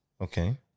Okay